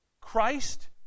Christ